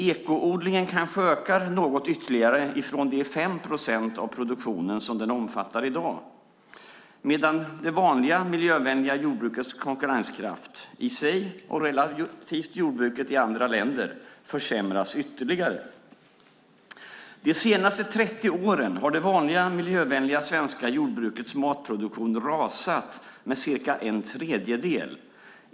Ekoodlingen kanske ökar något ytterligare från de 5 procent av produktionen den omfattar i dag, men det vanliga miljövänliga jordbrukets konkurrenskraft, i sig och relativt jordbruket i andra länder, försämras ytterligare. De senaste 30 åren har det vanliga, miljövänliga svenska jordbrukets matproduktion rasat med cirka en tredjedel.